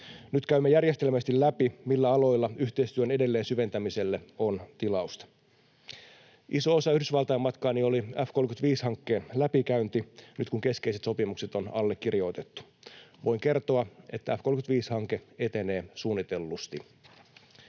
Nyt käymme järjestelmällisesti läpi, millä aloilla yhteistyön edelleen syventämiselle on tilausta. Iso osa Yhdysvaltain-matkaani oli F‑35-hankkeen läpikäynti nyt kun keskeiset sopimukset on allekirjoitettu. Voin kertoa, että F‑35-hanke etenee suunnitellusti.